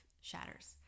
shatters